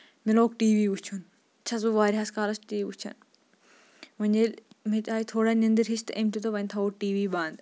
مےٚ لوگ TV وٕچھُن چھَس بہٕ واریاہَس کالَس ٹی وی وٕچھان وۄنۍ ییٚلہِ مےٚ تہِ آیہِ تھوڑا نیندٔر ہش تہٕ أمۍ تہِ دوٚپ وۄنۍ تھاوو ٹی وی بند